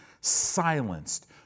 silenced